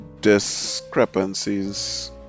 discrepancies